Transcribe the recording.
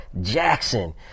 Jackson